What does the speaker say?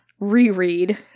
reread